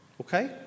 okay